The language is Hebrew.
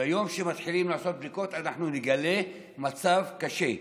ביום שנתחיל לעשות בדיקות, אנחנו נגלה מצב קשה.